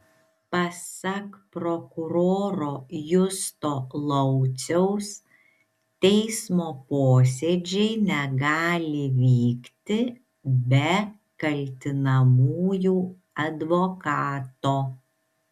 pasak prokuroro justo lauciaus teismo posėdžiai negali vykti be kaltinamųjų advokato